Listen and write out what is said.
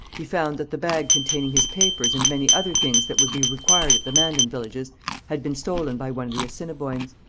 he found that the bag containing his papers and many other things that would be required at the mandan villages had been stolen by one of the assiniboines.